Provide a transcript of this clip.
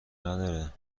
نداره